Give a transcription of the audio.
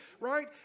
right